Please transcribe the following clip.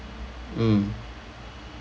mm